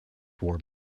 war